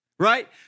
right